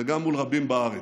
וגם מול רבים בארץ.